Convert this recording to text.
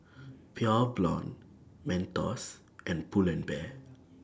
Pure Blonde Mentos and Pull and Bear